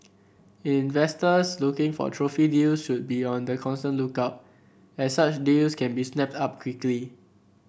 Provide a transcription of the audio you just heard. investors looking for trophy deals should be on the constant lookout as such deals can be snapped up quickly